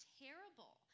terrible